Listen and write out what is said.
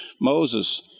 Moses